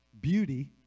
beauty